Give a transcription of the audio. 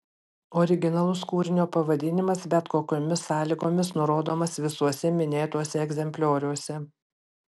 originalus kūrinio pavadinimas bet kokiomis sąlygomis nurodomas visuose minėtuose egzemplioriuose